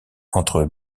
entre